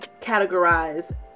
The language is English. categorize